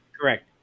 Correct